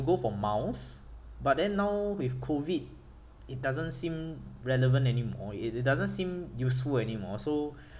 go for miles but then now with COVID it doesn't seem relevant anymore it it doesn't seem useful anymore so